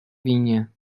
vinha